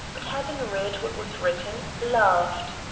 but having read what was written, laughed.